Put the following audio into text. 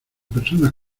personas